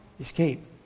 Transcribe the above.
escape